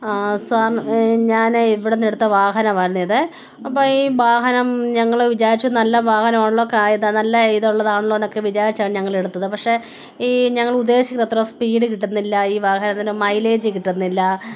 sir ഞാൻ ഇവിടെ നിന്നെടുത്ത വാഹനമായിരുന്നു ഇത് അപ്പോൾ ഈ വാഹനം ഞങ്ങൾ വിചാരിച്ചു നല്ല വാഹനം ഒള്ളോകായത നല്ല ഇതുള്ളതാണല്ലോ എന്നൊക്കെ വിചാരിച്ചാൽ ഞങ്ങളെ അടുത്ത് അത് പക്ഷെ ഈ ഞങ്ങൾ ഉദ്ദേശിച്ച അത്ര സ്പീഡ് കിട്ടുന്നില്ല ഈ വാഹനത്തിനു മൈലേജ് കിട്ടുന്നില്ല